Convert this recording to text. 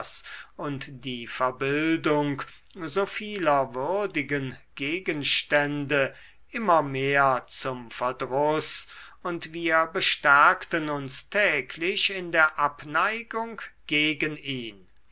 und die verbildung so vieler würdigen gegenstände immer mehr zum verdruß und wir bestärkten uns täglich in der abneigung gegen ihn